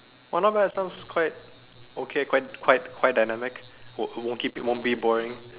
oh not bad sounds okay sounds quite quite quite dynamic won't won't keep won't be boring